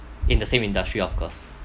in the same industry of course